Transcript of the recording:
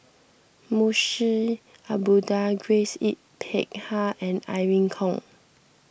Munshi Abdullah Grace Yin Peck Ha and Irene Khong